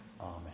Amen